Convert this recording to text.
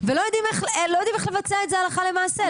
ולא יודעים איך לבצע את זה הלכה למעשה.